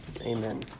Amen